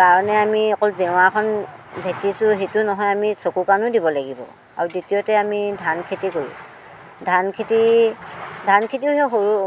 কাৰণে আমি অকল জেওৰাখন ভেটিছোঁ সেইটো নহয় আমি চকু কাণো দিব লাগিব আৰু তৃতীয়তে আমি ধান খেতি কৰোঁ ধান খেতি ধান খেতি হৈছে